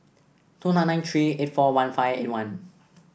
two nine nine three eight four one five eight one